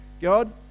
God